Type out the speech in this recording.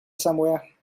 somewhere